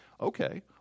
Okay